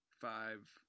five